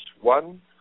one